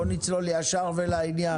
בואי נצלול ישר ולעניין.